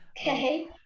Okay